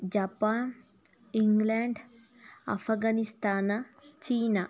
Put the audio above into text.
Japan England Afghanistan China